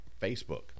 Facebook